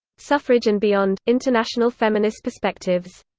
suffrage and beyond international feminist perspectives.